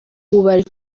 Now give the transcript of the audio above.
bari